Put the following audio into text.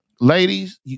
ladies